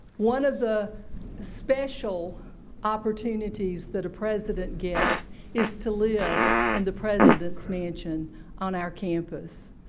one of the special opportunities that a president gets is to live in the president's mansion on our campus.